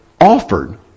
offered